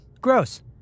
Gross